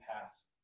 pass